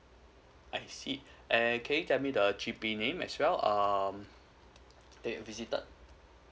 I see eh can you tell me the G_P name as well uh that you visited